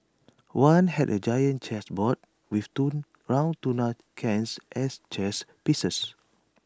one had A giant chess board with round tuna cans as chess pieces